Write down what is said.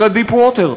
ultra-deep water,